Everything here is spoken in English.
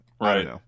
Right